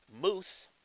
Moose